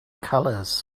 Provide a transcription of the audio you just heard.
colors